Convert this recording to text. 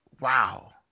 wow